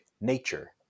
nature